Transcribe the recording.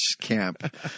camp